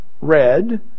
red